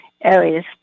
areas